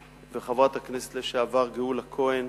כלת פרס ישראל וחברת הכנסת לשעבר גאולה כהן,